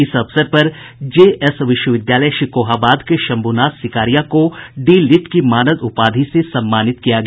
इस अवसर पर जेएस विश्वविद्यालय शिकोहाबाद के शंभुनाथ सिकारिया को डीलिट् की मानद उपाधि से सम्मानित किया गया